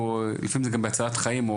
ולפעמים זה אפילו להצלת חיים.